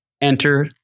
enter